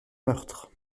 meurtre